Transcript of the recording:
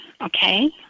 Okay